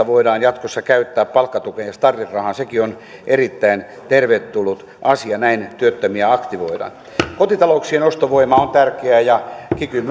voidaan jatkossa käyttää palkkatukeen ja starttirahaan on erittäin tervetullut asia näin työttömiä aktivoidaan kotitalouksien ostovoima on tärkeää ja kikyn